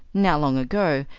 now long ago,